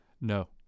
No